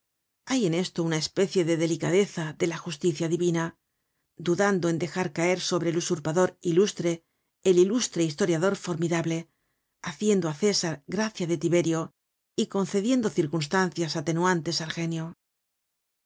hay en esto una especie de delicadeza de la justicia divina dudando en dejar caer sobre el usurpador ilustre el ilustre historiador formidable haciendo á césar gracia de tiberio y concediendo circunstancias atenuantes al genio